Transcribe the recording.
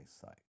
sight